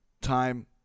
time